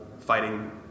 fighting